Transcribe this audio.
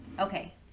Okay